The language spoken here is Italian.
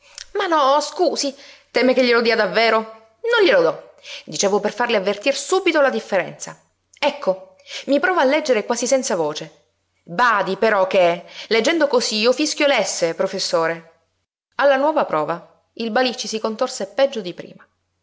ma no scusi teme che glielo dia davvero non glielo do dicevo per farle avvertir subito la differenza ecco mi provo a leggere quasi senza voce badi però che leggendo cosí io fischio l'esse professore alla nuova prova il balicci si contorse peggio di prima